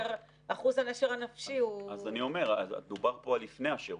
אחוז הנשר הנפשי הוא --- אז אני אומר: דובר פה על לפני השירות.